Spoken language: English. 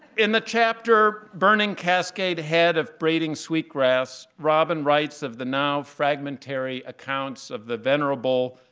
in the chapter burning cascade head of braiding sweetgrass robin writes of the now fragmentary accounts of the venerable